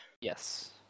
Yes